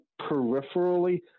peripherally